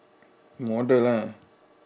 model lah